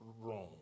wrong